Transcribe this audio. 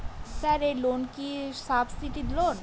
Sir এই loan কি subsidy loan?